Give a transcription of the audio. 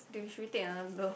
think should we take another love